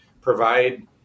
provide